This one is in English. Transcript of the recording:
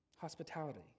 hospitality